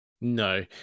No